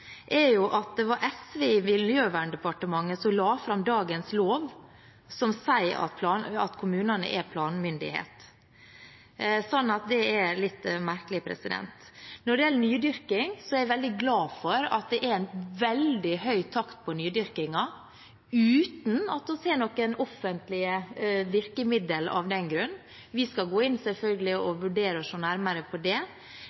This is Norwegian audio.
er at det var SV i Miljøverndepartementet som la fram dagens lov som sier at kommunene er planmyndighet. Det er litt merkelig. Når det gjelder nydyrking, er jeg veldig glad for at det er en veldig høy takt på den uten at vi har noen virkemidler. Vi skal selvfølgelig gå inn og vurdere og se nærmere på det.